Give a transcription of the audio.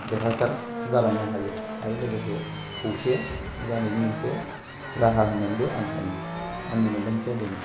देरहासाद जालांनो हायो आरो लोगोसे खौसे जानायनि मोनसे राहा होननानैबो आं सानो आंनि मोनदांथिआ बेनो